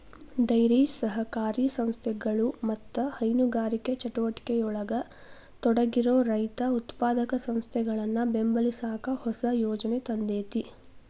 dairy ಸಹಕಾರಿ ಸಂಸ್ಥೆಗಳು ಮತ್ತ ಹೈನುಗಾರಿಕೆ ಚಟುವಟಿಕೆಯೊಳಗ ತೊಡಗಿರೋ ರೈತ ಉತ್ಪಾದಕ ಸಂಸ್ಥೆಗಳನ್ನ ಬೆಂಬಲಸಾಕ ಹೊಸ ಯೋಜನೆ ತಂದೇತಿ